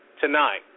tonight